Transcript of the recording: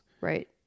Right